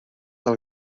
del